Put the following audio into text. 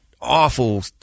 awful